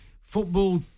football